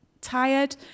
tired